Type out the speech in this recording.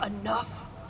Enough